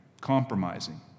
Compromising